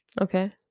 Okay